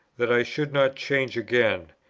that i should not change again,